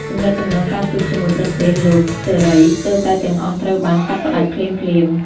ទំនាក់ទំនងការទូតជាមួយប្រទេសលោកសេរីស្ទើរតែទាំងអស់ត្រូវបានកាត់ផ្ដាច់ភ្លាមៗ។